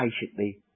patiently